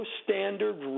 standard